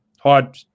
hard